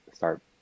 start